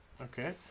Okay